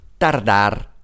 Tardar